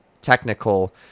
technical